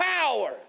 power